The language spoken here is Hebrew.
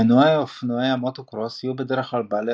מנועי אופנועי המוטוקרוס יהיו בדרך כלל בעלי